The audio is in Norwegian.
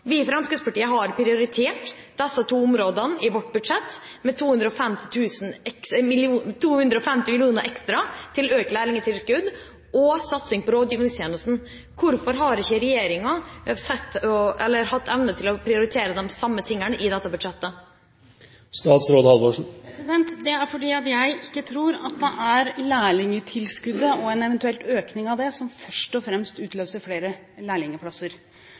Vi i Fremskrittspartiet har prioritert disse to områdene i vårt budsjett med 250 mill. kr ekstra til økt lærlingtilskudd og satsing på rådgivningstjenesten. Hvorfor har ikke regjeringen hatt evne til å prioritere det samme i dette budsjettet? Det er fordi jeg ikke tror det er lærlingtilskuddet og en eventuell økning av det som primært utløser flere lærlingplasser. Jeg tror det først og fremst